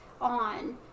on